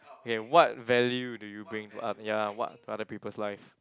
K what value do you bring to ah ya what to other people's life